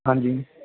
ਹਾਂਜੀ